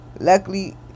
Luckily